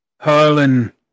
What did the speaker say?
Harlan